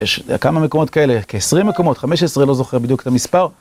יש כמה מקומות כאלה, כ-20 מקומות, 15 לא זוכר בדיוק את המספר.